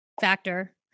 factor